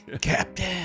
Captain